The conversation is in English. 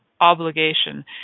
obligation